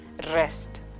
rest